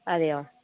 അതെയോ